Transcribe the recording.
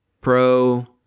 pro